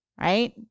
right